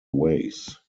ways